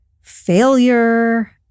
failure